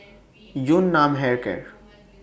Yun Nam Hair Care